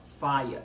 fire